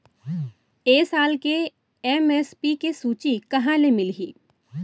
ए साल के एम.एस.पी के सूची कहाँ ले मिलही?